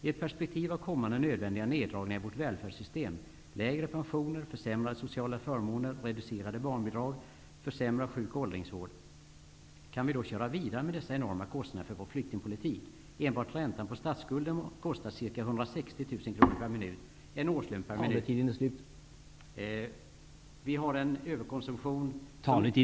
I ett perspektiv av kommande nödvändiga neddrag ningar i vårt välfärdssystem -- lägre pensioner, för sämrade sociala förmåner, reducerade barnbi drag, försämrad sjuk och åldringsvård -- kan vi då köra vidare med dessa enorma kostnader för vår flyktingpolitik? Enbart räntan på statsskulden kostar ca 160 000 kr per minut -- en årslön per mi nut. Vi har en överkonsumtion som innebär ett budgetunderskott på mer än en halv miljard per dygn. Vilken dom kommer våra barn och barn barn att fälla över oss.